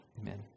amen